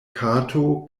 kato